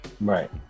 Right